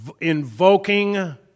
Invoking